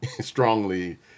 strongly